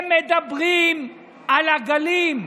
הם מדברים על עגלים,